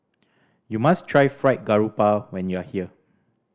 you must try Fried Garoupa when you are here